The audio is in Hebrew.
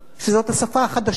שזאת השפה החדשה.